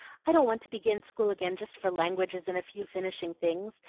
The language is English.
i don't want to begin school again just for languages and a few finishing things,